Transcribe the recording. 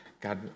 God